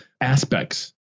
aspects